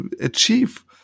achieve